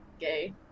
gay